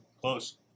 Close